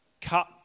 cut